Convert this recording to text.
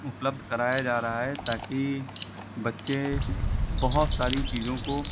उपलब्ध कराया जा रहा है ताकि बच्चे बहुत सारी चीज़ों को